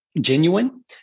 genuine